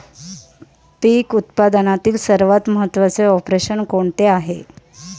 पीक उत्पादनातील सर्वात महत्त्वाचे ऑपरेशन कोणते आहे?